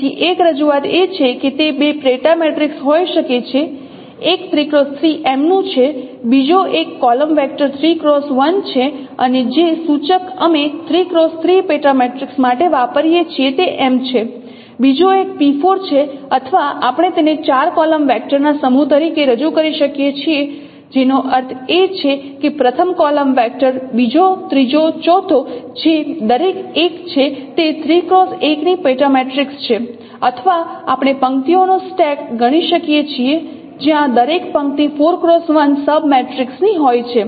તેથી એક રજૂઆત એ છે કે તે બે પેટા મેટ્રિસીસ હોઈ શકે છે એક 3 x 3 એમનું છે બીજો એક કોલમ વેક્ટર 3 ક્રોસ 1 છે અને જે સૂચક અમે 3 x 3 પેટા મેટ્રિક્સ માટે વાપરીએ છીએ તે એમ છે બીજો એક p4 છે અથવા આપણે તેને ચાર કોલમ વેક્ટર ના સમૂહ તરીકે રજૂ કરી શકીએ છીએ એનો અર્થ એ કે પ્રથમ કોલમ વેક્ટર્ બીજો ત્રીજો ચોથો જે દરેક એક છે તે 3 x 1 ની પેટા મેટ્રિક્સ છે અથવા આપણે પંક્તિઓનો સ્ટેક ગણી શકીએ છીએ જ્યાં દરેક પંક્તિ 4 x 1 સબ મેટ્રિક્સની હોય છે